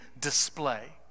display